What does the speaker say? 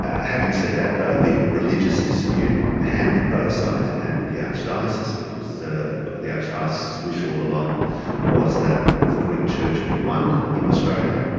ah having said that, though, the religious dispute hampered both sides, it hampered the archdiocese, because the the archdiocese's wish all along was that the greek church be one in australia,